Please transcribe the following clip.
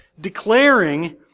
Declaring